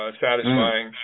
satisfying